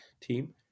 team